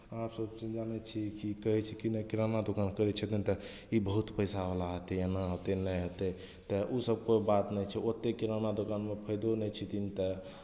अहाँसभ तऽ जानै छी की कहै छै कि जेना किराना दोकान करै छथिन तऽ ई बहुत पैसावला हेतै एना हेतै नहि हेतै तऽ ओ सभके बात नहि छै ओतेक किराना दोकानमे फाइदो नहि छथिन तऽ